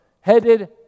headed